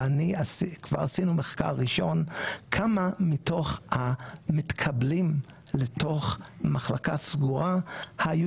וכבר עשינו מחקר ראשון כמה מתוך המתקבלים לתוך מחלקה סגורה היו